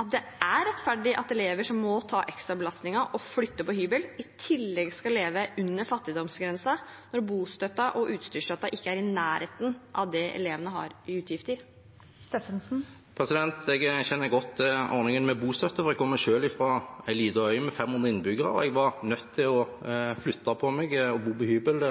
at det er rettferdig at elever som må ta ekstrabelastningen med å flytte på hybel, i tillegg skal leve under fattigdomsgrensen når bostøtten og utstyrsstøtten ikke er i nærheten av det elevene har i utgifter? Jeg kjenner godt ordningen med bostøtte. Jeg kommer selv fra en liten øy med 500 innbyggere, og jeg var nødt til å flytte på meg og bo på hybel.